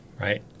right